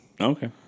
Okay